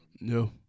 No